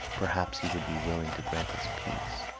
perhaps he would be willing to grant us peace,